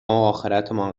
آخرتمان